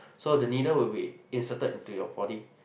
so the needle will be inserted into your body